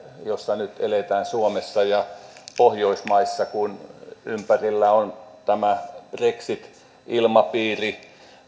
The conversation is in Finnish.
jossa nyt eletään suomessa ja pohjoismaissa kun ympärillä on tämä brexit ilmapiiri